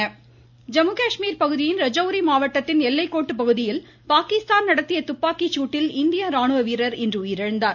துப்பாக்கி சூடு ஜம்மு காஷ்மீர் பகுதியின் ரஜவுரி மாவட்டத்தின் எல்லைக்கோட்டு பகுதியில் பாகிஸ்தான் நடத்திய துப்பாக்கி சூட்டில் இந்திய ராணுவ வீரர் இன்று உயிரிழந்தார்